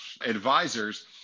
advisors